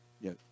Yes